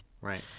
right